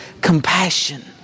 compassion